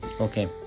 Okay